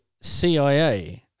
CIA